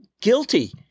guilty—